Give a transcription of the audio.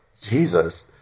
Jesus